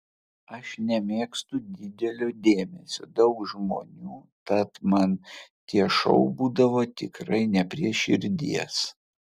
aš nemėgstu didelio dėmesio daug žmonių tad man tie šou būdavo tikrai ne prie širdies